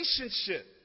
relationship